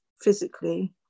physically